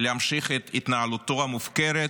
להמשיך את התנהלותו המופקרת,